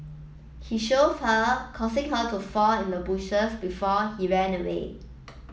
he shoved her causing her to fall in the bushes before he ran away